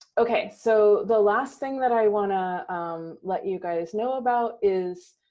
okay. so the last thing that i want to let you guys know about is.